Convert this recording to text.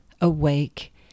awake